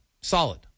Solid